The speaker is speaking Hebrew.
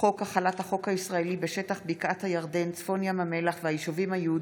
חוק שירות המילואים (תיקון, משרת מילואים פעיל),